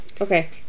Okay